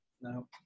No